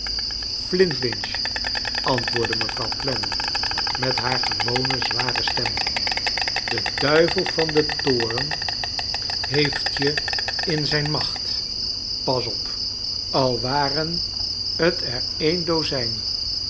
flintwinch antwoordde mevrouw clennam met haar gewone zware stem de duivel van den toorn heeft je in zijn macht pas op a waren t er een dozijn